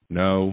no